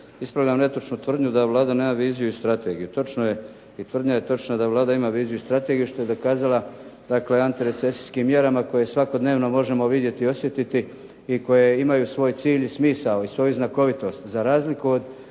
Ispravljam netočnu tvrdnju da Vlada nema viziju i strategiju. Točno je i točna je tvrdnja da Vlada ima viziju i strategiju što je i dokazala i antirecesijskim mjerama koje svakodnevno možemo vidjeti i osjetiti i koje imaju svoj cilj i smisao i svoju znakovitost. Za razliku od